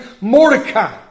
Mordecai